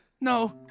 no